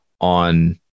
on